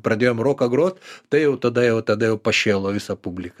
pradėjom roką grot tai jau tada jau tada pašėlo visa publika